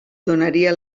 donaria